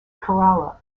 kerala